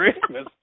Christmas